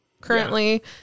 currently